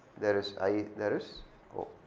there is i, there is o,